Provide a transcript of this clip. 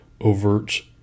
overt